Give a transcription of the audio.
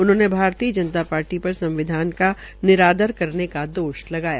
उन्होंने भारतीय जनता पार्टी पर संविधान का निरादार करने का दोष लगाया